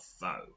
foe